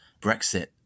Brexit